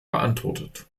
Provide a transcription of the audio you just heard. beantwortet